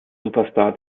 superstar